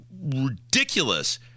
ridiculous